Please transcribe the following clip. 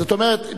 זאת אומרת,